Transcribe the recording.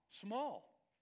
Small